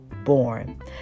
born